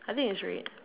I think it's red